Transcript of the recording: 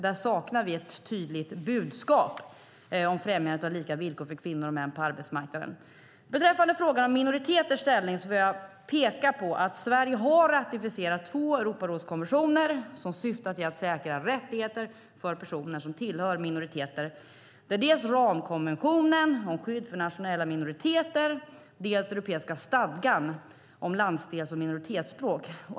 Där saknar vi ett tydligt budskap om främjandet av lika villkor för kvinnor och män på arbetsmarknaden. Beträffande frågan om minoriteters ställning vill jag peka på att Sverige har ratificerat två Europarådskonventioner som syftar till att säkra rättigheter för personer som tillhör minoriteter. Det är dels ramkonventionen om skydd för nationella minoriteter, dels europeiska stadgan om landsdels eller minoritetsspråk.